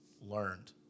learned